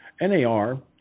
NAR